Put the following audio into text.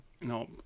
No